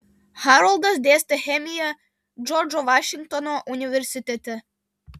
haroldas dėstė chemiją džordžo vašingtono universitete